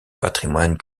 patrimoine